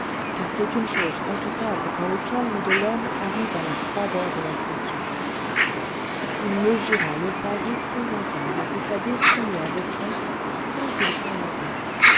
car c'est une chose redoutable quand le calme de l'homme arrive à la froideur de la statue il mesura le pas épouvantable que sa destinée avait fait sans qu'il s'en doutât